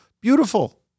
beautiful